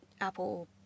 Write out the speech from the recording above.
Apple